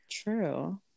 True